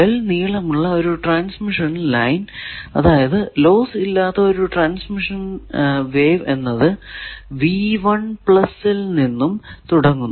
L നീളം ഉള്ള ഒരു ട്രാൻസ്മിഷൻ ലൈനിൽ അതായതു ലോസ് ഇല്ലാത്ത ഒരു ട്രാൻസ്മിഷൻ ലൈനിൽ വേവ് എന്നത് ൽ നിന്നും തുടങ്ങുന്നു